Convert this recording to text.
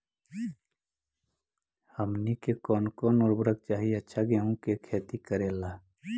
हमनी के कौन कौन उर्वरक चाही अच्छा गेंहू के खेती करेला?